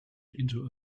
into